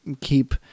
keep